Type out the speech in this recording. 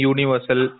Universal